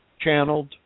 channeled